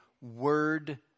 word